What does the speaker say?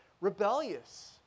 rebellious